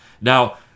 now